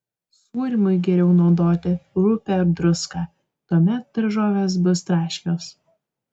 sūrymui geriau naudoti rupią druską tuomet daržovės bus traškios